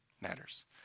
matters